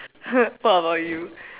what about you